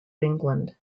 england